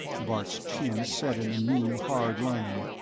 bart's chin set in the new, hard line.